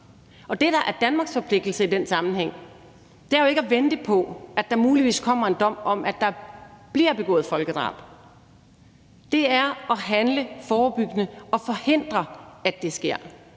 Det, der er Danmarks forpligtelse i den sammenhæng, er jo ikke at vente på, at der muligvis kommer en dom om, at der bliver begået folkedrab; det er at handle forebyggende og forhindre, at det sker.